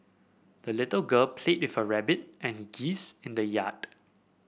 the little girl played with her rabbit and geese in the yard